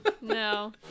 no